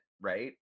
right